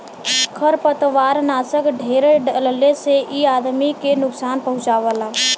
खरपतवारनाशक ढेर डलले से इ आदमी के नुकसान पहुँचावला